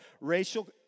Racial